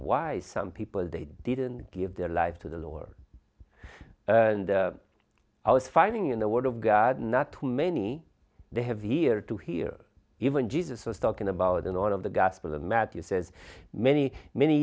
why some people they didn't give their life to the lower and i was finding in the word of god not too many they have ear to hear even jesus was talking about and on of the gospel of matthew says many many